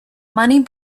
money